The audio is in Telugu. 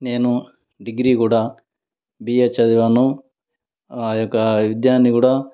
నేను డిగ్రీ కూడ బీఏ చదివాను నా యొక్క విద్యని కూడ